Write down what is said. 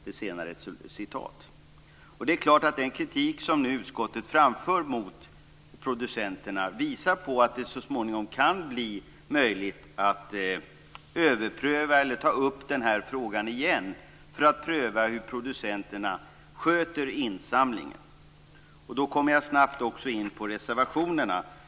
Det är klart att den kritik som utskottet framför mot producenterna visar på att det så småningom kan bli möjligt att ta upp denna fråga igen för att pröva hur producenterna sköter insamlingen. Jag kommer då snabbt in på reservationerna.